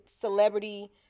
celebrity